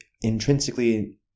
intrinsically